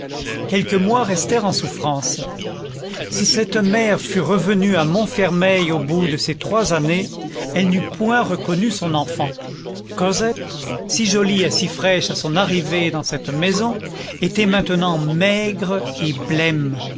quelques mois restèrent en souffrance si cette mère fût revenue à montfermeil au bout de ces trois années elle n'eût point reconnu son enfant cosette si jolie et si fraîche à son arrivée dans cette maison était maintenant maigre et blême